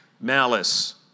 malice